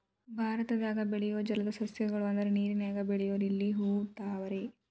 ಭಾರತದಾಗ ಬೆಳಿಯು ಜಲದ ಸಸ್ಯ ಗಳು ಅಂದ್ರ ನೇರಿನಾಗ ಬೆಳಿಯು ಲಿಲ್ಲಿ ಹೂ, ತಾವರೆ